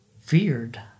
feared